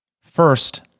First